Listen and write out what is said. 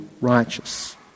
righteous